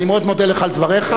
אני מאוד מודה לך על דבריך.